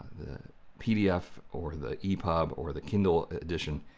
pdf or the epub or the kindle edition,